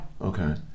Okay